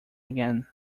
again